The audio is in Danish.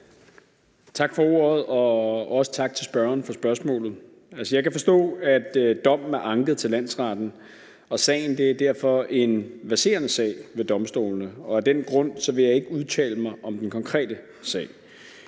Tak for ordet, og også tak til spørgeren for spørgsmålet. Jeg kan forstå, at dommen er anket til landsretten, og sagen er derfor en verserende sag ved domstolene, og af den grund vil jeg ikke udtale mig om den konkrete sag.